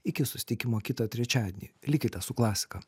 iki susitikimo kitą trečiadienį likite su klasika